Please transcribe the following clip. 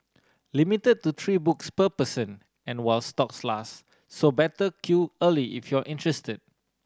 limit to three books per person and while stocks last so better queue early if you're interested